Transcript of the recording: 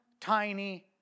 tiny